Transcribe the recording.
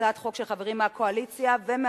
הצעת חוק של חברים מהקואליציה ומהאופוזיציה,